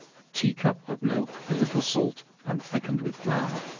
a tea-cup of milk, a little salt, and thickened with flour